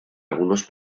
algunos